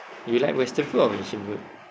you like western food or asian food